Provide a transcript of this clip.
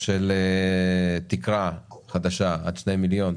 של תקרה חדשה עד 2 מיליון,